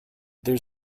there